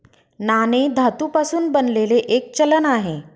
नाणे धातू पासून बनलेले एक चलन आहे